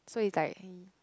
so it's like